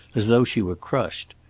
as though she were crushed.